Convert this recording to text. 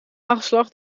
hagelslag